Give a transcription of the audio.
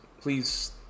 Please